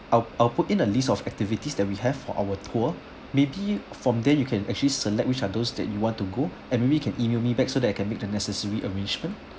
I'll I'll I'll put in a list of activities that we have for our tour maybe from there you can actually select which are those that you want to go and maybe you can email me back so that I can make the necessary arrangement